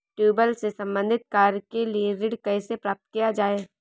Tubewell से संबंधित कार्य के लिए ऋण कैसे प्राप्त किया जाए?